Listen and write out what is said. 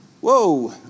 Whoa